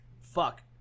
Fuck